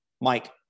Mike